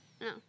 no